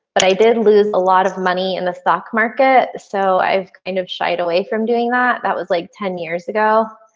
but i did lose a lot of money in the stock market. so i've kind of shed away from doing that that was like ten years ago.